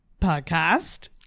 Podcast